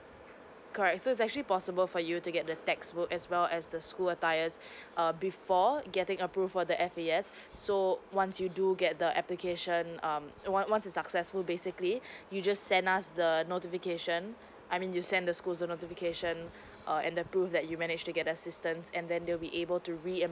correct so it's actually possible for you to get the textbook as well as the school attire err before getting approve for the F_A_S so once you do get the application um once once you successful basically you just send us the notification I mean you send the school the notification err and the proof that you managed to get assistance and then they will be able to reimburse